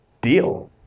Deal